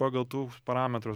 pagal tų parametrus